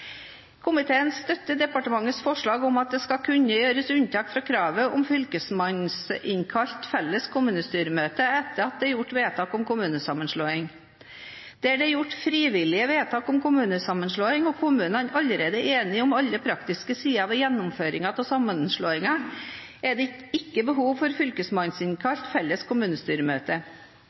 Komiteen støtter departementets forslag om det skal kunne gjøres unntak fra kravet om fylkesmannsinnkalt felles kommunestyremøte etter at det er gjort vedtak om kommunesammenslåing. Der det er gjort frivillige vedtak om kommunesammenslåing og kommunene allerede er enige om alle praktiske sider ved gjennomføringen av sammenslåingen, er det ikke behov for et fylkesmannsinnkalt felles kommunestyremøte.